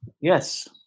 Yes